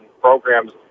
programs